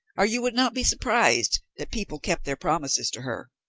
or you would not be surprised that people kept their promises to her.